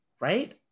Right